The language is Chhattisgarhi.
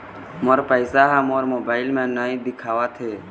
मोर पैसा ह मोर मोबाइल में नाई दिखावथे